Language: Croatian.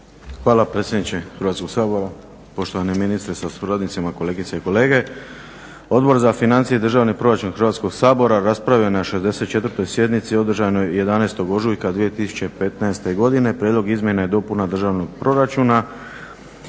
Hvala predsjedniče Hrvatskog sabora. Poštovani ministre sa suradnicima, kolegice i kolege. Odbor za financije i državni proračun Hrvatskog sabora raspravio je na 64.sjednici održanoj 11.ožujka 2014.godine Prijedlog izmjene i dopune državnog proračuna